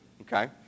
okay